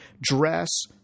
dress